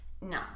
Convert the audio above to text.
No